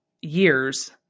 years